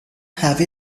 have